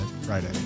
Friday